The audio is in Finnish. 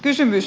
kysymys